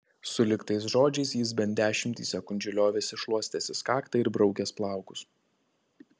sulig tais žodžiais jis bent dešimtį sekundžių liovėsi šluostęsis kaktą ir braukęs plaukus